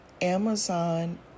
Amazon